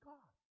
God